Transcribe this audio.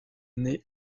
née